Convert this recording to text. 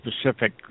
specific